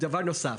דבר נוסף: